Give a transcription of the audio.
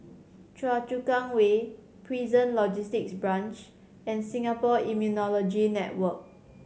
Choa Chu Kang Way Prison Logistic Branch and Singapore Immunology Network